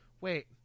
wait